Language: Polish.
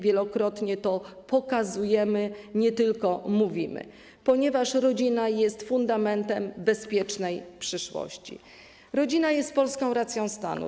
Wielokrotnie to pokazujemy, nie tylko mówimy, ponieważ rodzina jest fundamentem bezpiecznej przyszłości, rodzina jest polską racją stanu.